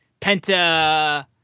Penta